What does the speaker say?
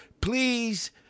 please